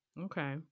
Okay